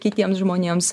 kitiems žmonėms